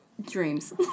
Dreams